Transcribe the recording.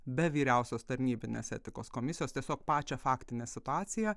be vyriausios tarnybinės etikos komisijos tiesiog pačią faktinę situaciją